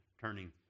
turning